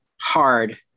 hard